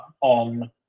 on